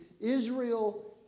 Israel